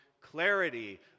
clarity